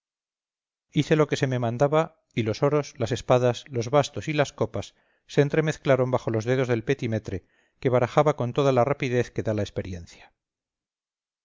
hice lo que se me mandaba y los oros las espadas los bastos y las copas se entremezclaron bajo los dedos del petimetre que barajaba con toda la rapidez que da la experiencia